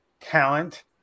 talent